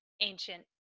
ancient